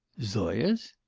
zoya's?